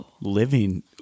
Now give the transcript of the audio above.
Living